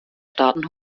staaten